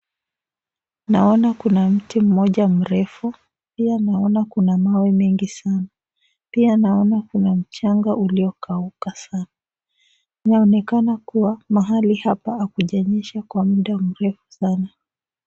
Naona kuna mti mmoja mrefu, pia naona kuna mawe mengi sana, pia naona kuna mchanga uliokauka sana, inaonekana kuwa mahali hapa hakujanyesha kwa muda mrefu sana.